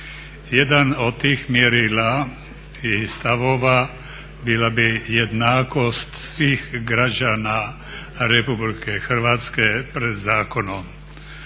Jedno od tih mjerila i stavova bila bi jednakost svih građana RH pred zakonom.